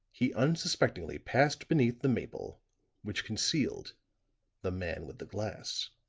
he unsuspectingly passed beneath the maple which concealed the man with the glass.